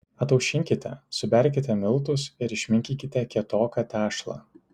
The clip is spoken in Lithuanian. ataušinkite suberkite miltus ir išminkykite kietoką tešlą